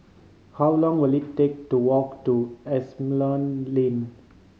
how long will it take to walk to Asimont Lane